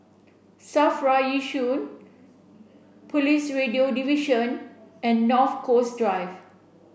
SAFRA Yishun Police Radio Division and North Coast Drive